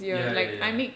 ya ya ya